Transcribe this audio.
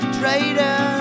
traitor